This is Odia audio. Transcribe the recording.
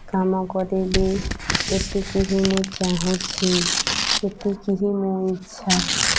କାମ କରିବି ଏତିକି ହିଁ ମୁଁ ଚାହୁଁଛି ଏତିକି ହିଁ ମୋ ଇଚ୍ଛା